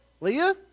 Leah